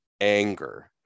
anger